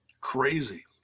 Crazy